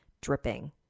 dripping